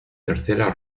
tercera